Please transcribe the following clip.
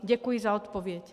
Děkuji za odpověď.